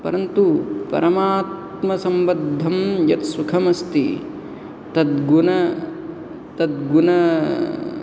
परन्तु परमात्मसम्बद्धं यत्सुखं अस्ति तद्गुण तद्गुण